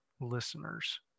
listeners